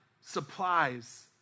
supplies